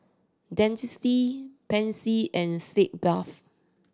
Dentiste Pansy and Sitz Bath